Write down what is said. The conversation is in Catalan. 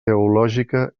teològica